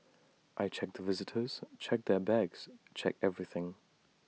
I check the visitors check their bags check everything